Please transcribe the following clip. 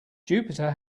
jupiter